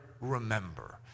remember